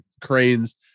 cranes